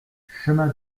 chemin